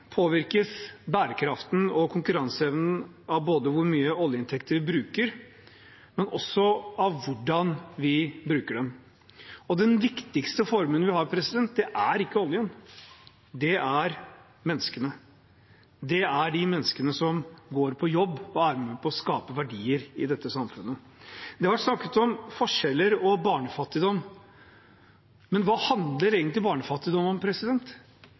påvirkes bærekraften og konkurranseevnen både av hvor mye oljeinntekter vi bruker, og av hvordan vi bruker dem. Den viktigste formuen vi har, er ikke oljen. Det er menneskene. Det er menneskene som går på jobb og er med på å skape verdier i dette samfunnet. Det har vært snakket om forskjeller og barnefattigdom. Men hva handler egentlig barnefattigdom om?